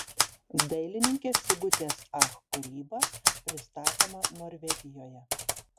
dailininkės sigutės ach kūryba pristatoma norvegijoje